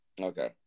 Okay